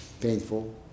Painful